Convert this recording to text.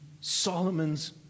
Solomon's